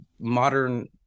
modern